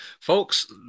Folks